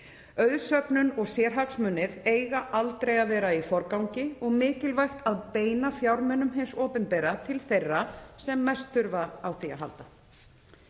Auðsöfnun og sérhagsmunir eiga aldrei að vera í forgangi og mikilvægt að beina fjármunum hins opinbera til þeirra sem mest þurfa á því að halda.